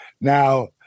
now